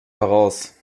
heraus